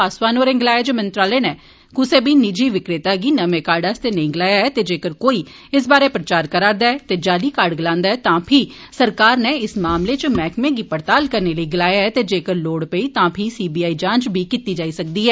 पासवान होरें गलाया जे मंत्रालय नै क्सै बी निजी विक्रेता गी नमें काई आस्तै नेंई लाया ऐ ते जेकर कोई इस बारै प्रचार करदा ऐ ते जाली कार्ड गलान्दा ऐ तां फ्ही सरकार नै इस मामलें च मैहकमे गी पड़ताल करने लेई गलाया ऐ ते जेकर लोड़ पेई तां फ्ही सी बी आई जांच बी कीती जाई सकदी ऐ